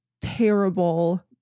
terrible